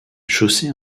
chaussée